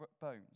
bones